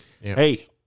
Hey